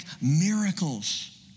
miracles